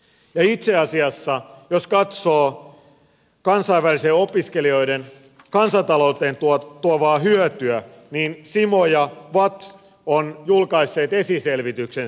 ja itse asiassa jos katsoo kansainvälisten opiskelijoiden kansantalouteen tuomaa hyötyä niin cimo ja vatt ovat julkaisseet esiselvityksen siitä